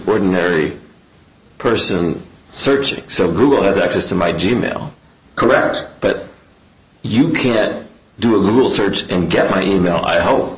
ordinary person searching so google has access to my g mail correct but you can do a google search and get my email i who